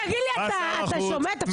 תגיד לי, אתה שומע את עצמך?